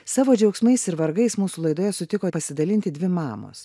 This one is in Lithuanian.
savo džiaugsmais ir vargais mūsų laidoje sutiko pasidalinti dvi mamos